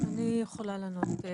אני יכולה לענות.